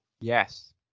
Yes